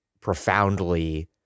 profoundly